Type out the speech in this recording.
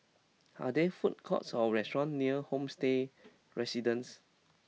are there food courts or restaurants near Homestay Residences